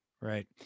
Right